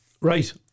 right